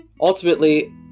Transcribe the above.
ultimately